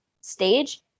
stage